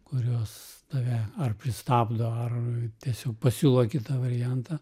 kurios tave ar pristabdo ar tiesiog pasiūlo kitą variantą